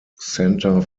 centre